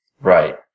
Right